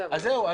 אז זהו,